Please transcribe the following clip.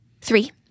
Three